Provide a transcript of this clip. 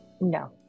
no